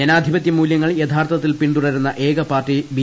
ജനാധിപത്യമൂല്യങ്ങൾ യഥാർത്ഥത്തിൽ പിന്തുടരുന്ന ഏകപാർട്ടി ബി